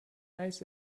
eis